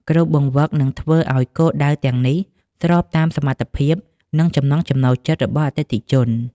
គ្រូបង្វឹកនឹងធ្វើឱ្យគោលដៅទាំងនេះស្របតាមសមត្ថភាព និងចំណង់ចំណូលចិត្តរបស់អតិថិជន។